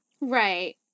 Right